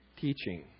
teaching